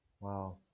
Wow